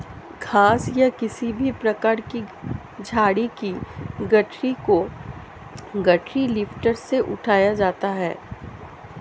घास या किसी भी प्रकार की झाड़ी की गठरी को गठरी लिफ्टर से उठाया जाता है